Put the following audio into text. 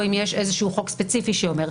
או אם יש איזשהו חוק ספציפי שאומר.